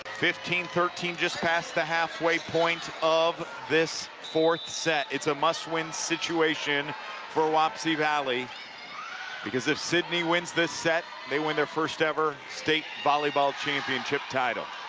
fifteen thirteen, just past halfway point of this fourth set. it's a must-win situation for wapsie valley because if sidney wins this set, they win their first ever state volleyball championship title